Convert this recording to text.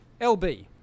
lb